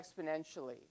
exponentially